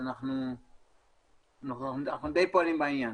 אנחנו פועלים בעניין.